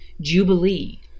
Jubilee